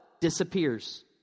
disappears